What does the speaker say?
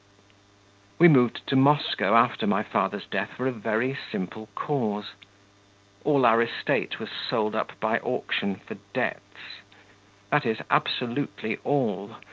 we moved to moscow after my father's death for a very simple cause all our estate was sold up by auction for debts that is, absolutely all,